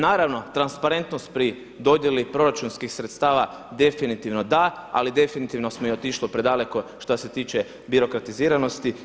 Naravno transparentnost pri dodjeli proračunskih sredstava definitivno da, ali definitivno smo i otišli predaleko što se tiče birokratiziranosti.